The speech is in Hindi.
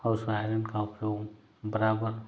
और उस आयरन का उपयोग बराबर